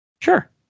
Sure